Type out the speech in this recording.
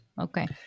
Okay